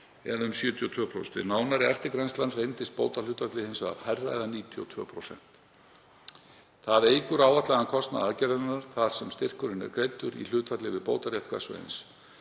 eða um 72%. Við nánari eftirgrennslan reyndist bótahlutfallið hins vegar hærra eða 92%. Það eykur áætlaðan kostnað aðgerðarinnar þar sem styrkurinn er greiddur í hlutfalli við bótarétt hvers og eins.